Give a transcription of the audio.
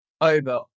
over